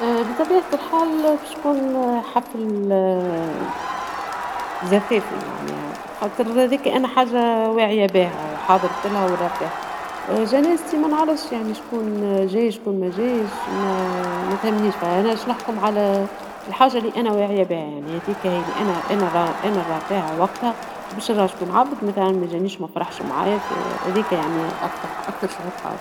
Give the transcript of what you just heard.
اه بطبيعة الحال بش تكون حفل اه زفافي معناها خاطر ديكا انا حاجة واعية بيها وحضرتلها ورا فيها اه، جنازتي ما نعرفش يعني شكون اه جايش شكون ما جايش ما-ما تهمنيش فى أنا شنحكم على الحاجة اللي أنا واعية بيها يعني هاديكا هى اللى أنا-أناـأنا الرفيعة وقتها باش راش تكون عبد مثلا ما جانيش ما فرحش معايا هاذيكا يعني اكثر اكثر شعور خايب